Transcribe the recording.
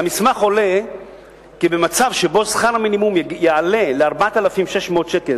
מהמסמך עולה כי במצב שבו שכר המינימום יעלה ל-4,600 שקל,